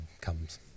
comes